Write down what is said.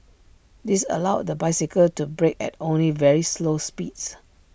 this allowed the bicycle to brake at only very slow speeds